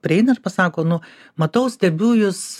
prieina ir pasako nu matau stebiu jus